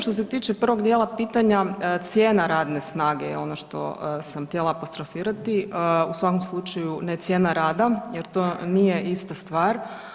Što se tiče prvog dijela pitanja cijena radne snage je ono što sam htjela apostrofirati u svakom slučaju ne cijena rada jer to nije ista stvar.